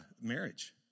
marriage